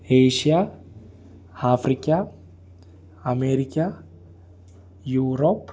Asia Africa America Europe